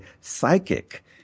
psychic